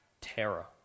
terror